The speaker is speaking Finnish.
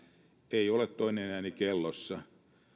ei ole toinen ääni kellossa